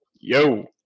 Yo